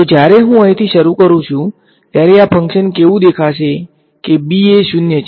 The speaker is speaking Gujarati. તો જ્યારે હું અહીંથી શરૂ કરું ત્યારે આ ફંક્શન કેવું દેખાશે કે b એ 0 છે